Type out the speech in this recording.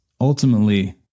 ultimately